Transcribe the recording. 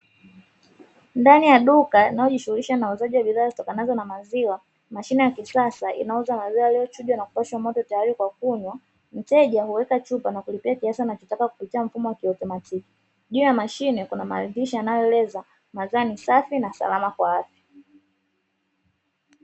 Ndani ya duka linalojishuhulisha na uuzaji wa bidhaa zitokanazo na maziwa, mashine ya kisasa inayouza maziwa yaliyochujwa na kupashwa moto tayali kwa kunywa, mteja uweka chupa na ulipikiasi anachotaka kupitia mfumo wa kiautomatiki. Juu ya mashine kuna maandishi yanayoeleza maziwa ni safi na salama kwa afya.